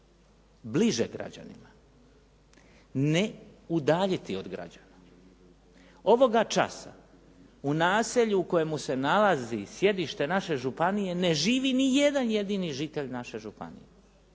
bliže građanima, ne udaljiti od građana. Ovoga časa u naselju u kojemu se nalazi sjedište naše županije ne živi nijedan jedini žitelj naše županije.